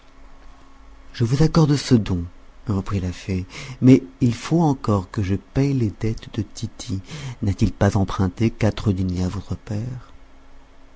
je vous accorde ce don reprit la fée mais il faut encore que je paye les dettes de tity n'a-t-il pas emprunté quatre guinées à votre père